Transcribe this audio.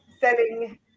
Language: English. selling